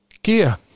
gear